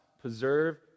preserve